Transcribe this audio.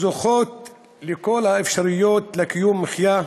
זוכות לכל האפשרויות לקיום מחיה,